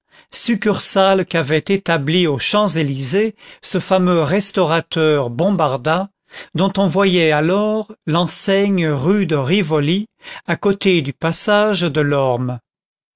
succursale qu'avait établie aux champs-élysées ce fameux restaurateur bombarda dont on voyait alors l'enseigne rue de rivoli à côté du passage delorme